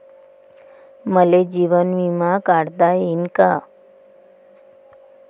मले जीवन बिमा काढता येईन का?